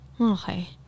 okay